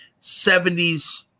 70s